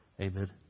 Amen